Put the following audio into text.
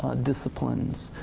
ah disciplines.